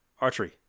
Archery